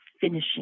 finishing